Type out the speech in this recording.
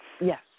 Yes